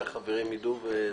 שהחברים יידעו.